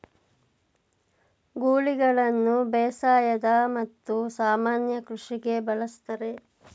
ಗೂಳಿಗಳನ್ನು ಬೇಸಾಯದ ಮತ್ತು ಸಾಮಾನ್ಯ ಕೃಷಿಗೆ ಬಳಸ್ತರೆ